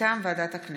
מטעם ועדת הכנסת.